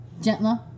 Gentler